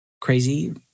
crazy